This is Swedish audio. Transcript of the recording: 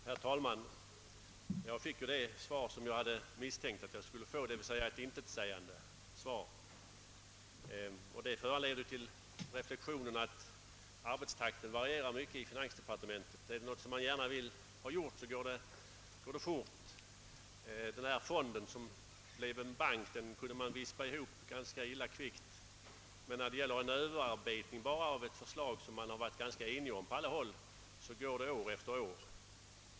Herr talman! Jag har här fått det svar som jag misstänkte att jag skulle få, d.v.s. ett intetsägande sådant. Det ger mig anledning till reflexionen att arbetstakten varierar starkt i finansde partementet. Om det är något som man gärna vill ha gjort, så går det fort att göra det. Den fond som sedan blev en bank ordnade man till illa kvickt. Men när det gäller en överarbetning av ett förslag, som vi varit ganska eniga om på alla håll, drar det ut år efter år.